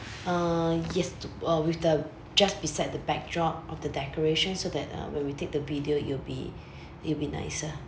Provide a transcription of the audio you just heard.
uh yes uh with the just beside the backdrop of the decoration so that uh when we take the video it will be it will be nicer